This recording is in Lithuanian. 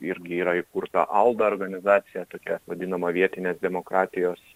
irgi yra įkurta alda organizacija tokia vadinama vietinės demokratijos